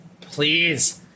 please